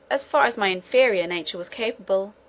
as far as my inferior nature was capable,